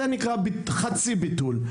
זה נקרא חצי ביטול.